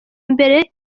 mbere